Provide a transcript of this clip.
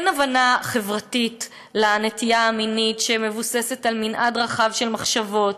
אין הבנה חברתית לנטייה המינית שמבוססת על מנעד רחב של מחשבות,